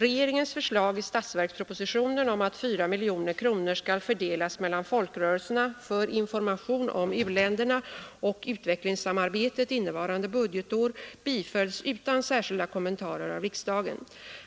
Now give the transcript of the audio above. Regeringens förslag i statsverkspropositionen om att 4 miljoner kronor skall fördelas mellan folkrörelserna för information om u-länderna och utvecklingssamarbetet innevarande budgetår bifölls utan särskilda kommentarer av riksdagen.